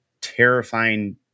terrifying